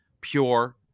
pure